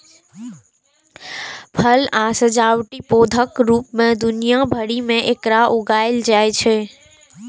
फल आ सजावटी पौधाक रूप मे दुनिया भरि मे एकरा उगायल जाइ छै